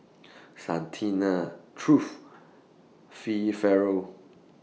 Santina Truth Fee Ferrell